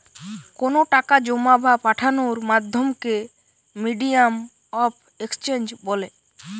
কোনো টাকা জোমা বা পাঠানোর মাধ্যমকে মিডিয়াম অফ এক্সচেঞ্জ বলে